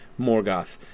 Morgoth